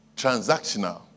transactional